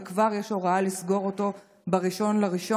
וכבר יש הוראה לסגור אותו ב-1 בינואר.